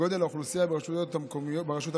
גודל האוכלוסייה ברשות המקומית,